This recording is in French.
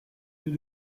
deux